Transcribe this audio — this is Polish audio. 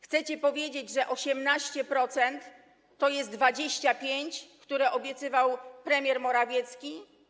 Chcecie powiedzieć, że 18% to jest 25%, które obiecywał premier Morawiecki?